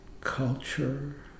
culture